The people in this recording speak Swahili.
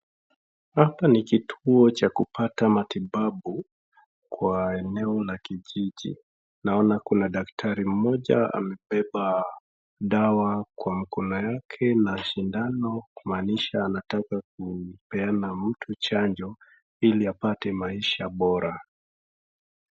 Hapa ni kituo cha kupata matibabu kwa eneo la kijiji , naona kuna daktari mmoja amebeba dawa kwa mkono wake na sindano kumaanisha anataka kupeana mtu chanjo ili apate maisha bora.